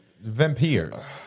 vampires